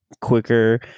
quicker